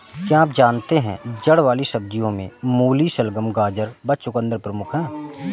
क्या आप जानते है जड़ वाली सब्जियों में मूली, शलगम, गाजर व चकुंदर प्रमुख है?